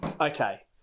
Okay